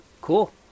Cool